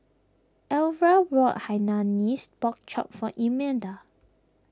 Elva bought Hainanese Pork Chop for Imelda